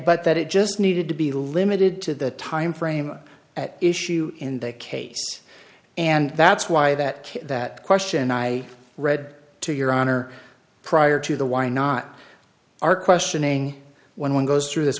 but that it just needed to be limited to the timeframe at issue in that case and that's why that that question i read to your honor prior to the why not are questioning when one goes through this